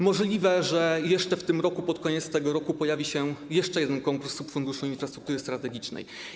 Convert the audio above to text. Możliwe, że jeszcze w tym roku, pod koniec tego roku pojawi się jeszcze jeden konkurs subfunduszu infrastruktury strategicznej.